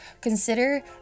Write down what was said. Consider